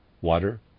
water